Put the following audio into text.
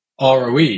ROE